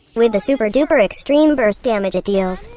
with the super-duper-extreme-burst damage it deals,